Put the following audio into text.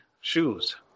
shoes